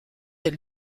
elle